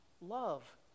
Love